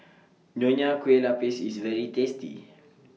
Nonya Kueh Lapis IS very tasty